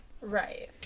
Right